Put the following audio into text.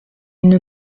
une